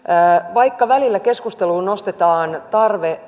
vaikka välillä keskusteluun nostetaan tarve